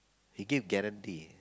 he give guarantee